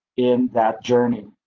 in that journey,